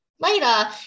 later